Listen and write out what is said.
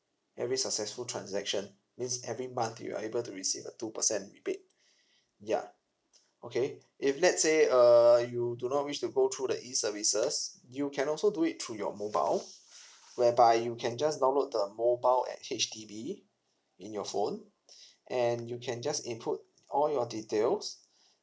every successful transaction means every month you are able to receive a two percent rebate ya okay if let's say err you do not wish to go through the E services you can also do it through your mobile whereby you can just download the mobile at H_D_B in your phone and you can just input all your details